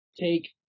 take